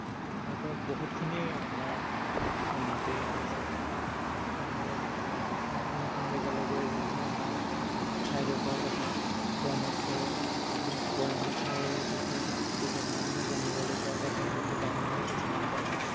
ভাৰতৰ বহুতখিনি আমাৰ উন্নতি হৈছে ভ্ৰমণকাৰীসকলে নতুন নতুন জেগালৈ গৈ যেনেকৈ আমাৰ ঠাইডোখৰৰ কথা প্ৰম'ট কৰে এনে কয় আমাৰ ঠাইৰ বিষয়ে বেলেগ মানুহে জানিবলৈ পায় বা তেওঁলোকে দাঙি ধৰে কিছুমান কথা